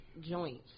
joints